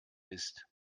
ist